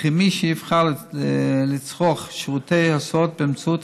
וכי מי שיבחר לצרוך שירותי הסעות באמצעות